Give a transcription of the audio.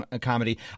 comedy